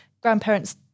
grandparents